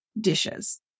dishes